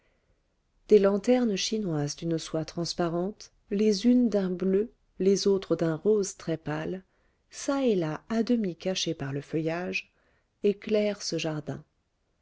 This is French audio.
des lanternes chinoises d'une soie transparente les unes d'un bleu les autres d'un rose très-pâle çà et là à demi cachées par le feuillage éclairent ce jardin